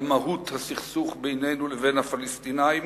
על מהות הסכסוך בינינו לבין הפלסטינים